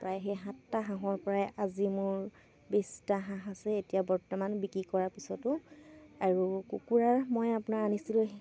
প্ৰায় সেই সাতটা হাঁহৰপৰাই আজি মোৰ বিছটা হাঁহ আছেই এতিয়া বৰ্তমান বিক্ৰী কৰাৰ পিছতো আৰু কুকুৰাৰ মই আপোনাৰ আনিছিলোঁ সেই